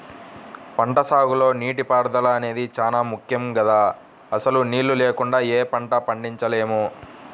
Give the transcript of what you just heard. పంటసాగులో నీటిపారుదల అనేది చానా ముక్కెం గదా, అసలు నీళ్ళు లేకుండా యే పంటా పండించలేము